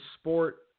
sport